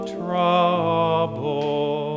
trouble